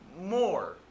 more